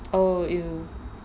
oh !eww!